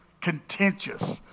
contentious